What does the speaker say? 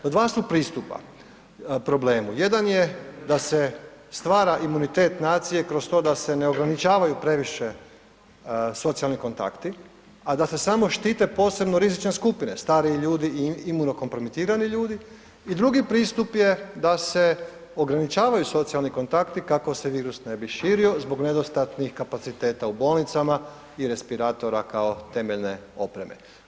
No, dva su pristupa problemu, jedan je da se stvara imunitet nacije kroz to da se ne ograničavaju previše socijalni kontakti, a da se samo štite posebno rizične skupine, stariji ljudi i imunokompromitirani ljudi i drugi pristup je da se ograničavaju socijalni kontakti kako se virus ne bi širio zbog nedostatnih kapaciteta u bolnicama i respiratora kao temeljne opreme.